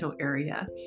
area